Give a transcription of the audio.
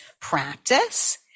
practice